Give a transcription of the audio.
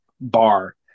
bar